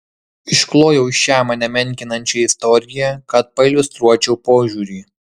išklojau šią mane menkinančią istoriją kad pailiustruočiau požiūrį